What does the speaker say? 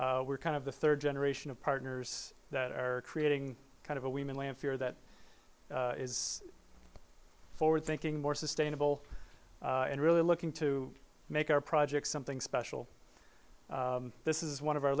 we're kind of the third generation of partners that are creating kind of a women lanphier that is forward thinking more sustainable and really looking to make our project something special this is one of our